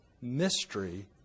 mystery